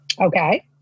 Okay